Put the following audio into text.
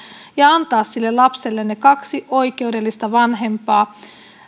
ja antaa sille lapselle ne kaksi oikeudellista vanhempaa jo